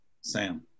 Sam